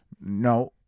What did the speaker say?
No